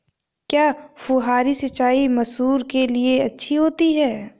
क्या फुहारी सिंचाई मसूर के लिए अच्छी होती है?